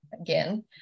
again